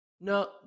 No